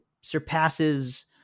surpasses